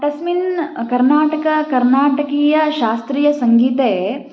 तस्मिन् कर्नाटक कर्नाटकीयशास्त्रीयसङ्गीते